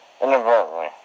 Inadvertently